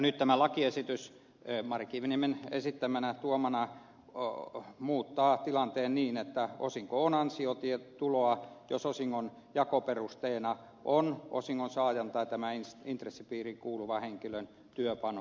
nyt tämä lakiesitys mari kiviniemen esittämänä tuomana muuttaa tilanteen niin että osinko on ansiotuloa jos osingon jakoperusteena on osingonsaajan tai tämän intressipiiriin kuuluvan henkilön työpanos